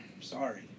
Sorry